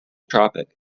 tropics